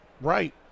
Right